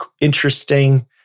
interesting